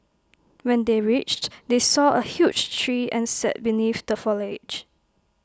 when they reached they saw A huge tree and sat beneath the foliage